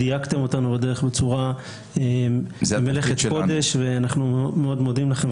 דייקתם אותנו בדרך במלאכת הקודש ואנחנו מאוד מאוד מודים לכם.